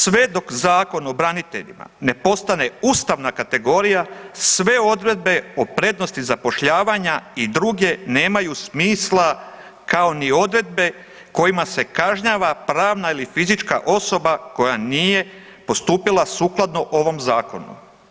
Sve dok Zakon o braniteljima ne postane ustavna kategorija, sve odredbe o prednosti zapošljavanja i druge nemaju smisla kao ni odredbe kojima se kažnjava pravna ili fizička osoba koja nije postupila sukladno ovom zakonu.